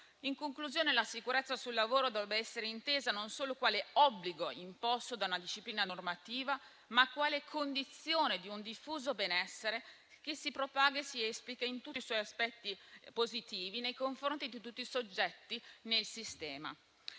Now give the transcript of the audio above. In conclusione, la sicurezza sul lavoro dovrebbe essere intesa non solo quale obbligo imposto da una disciplina normativa, ma anche quale condizione di un diffuso benessere che si propaga e si esplica in tutti i suoi aspetti positivi, nei confronti di tutti i soggetti del sistema.